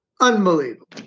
Unbelievable